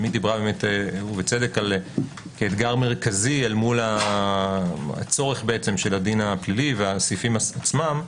עמית דיברה על אתגר מרכזי אל מול הצורך של הדין הפלילי והסעיפים עצמם.